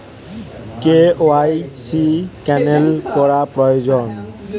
KYC cancel করা প্রয়োজন?